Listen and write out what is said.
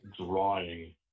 drawing